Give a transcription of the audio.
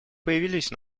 появились